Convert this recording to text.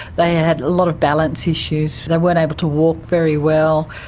they had a lot of balance issues they weren't able to walk very well.